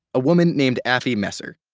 a woman named aphee messer,